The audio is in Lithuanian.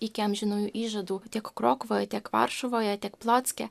iki amžinųjų įžadų tiek krokuvoj tiek varšuvoje tiek plocke